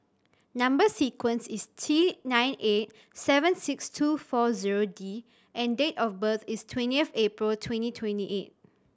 number sequence is T nine eight seven six two four zero D and date of birth is twenty of April twenty twenty eight